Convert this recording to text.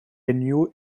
new